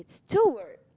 don't worry